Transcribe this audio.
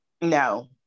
No